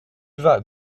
vas